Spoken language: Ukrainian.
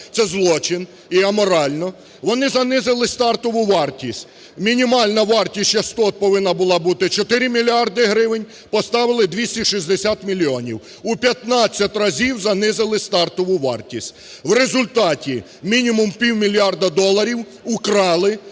це злочин і аморально. Вони занизили стартову вартість, мінімальна вартість частот повинна була бути 4 мільярди гривень, поставили 260 мільйонів. У 15 разів занизили стартову вартість, в результаті мінімум півмільярда доларів украли,